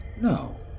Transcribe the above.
No